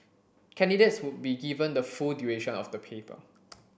candidates would be given the full duration of the paper